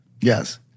yes